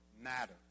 matter